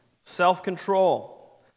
self-control